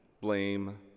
blame